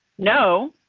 no.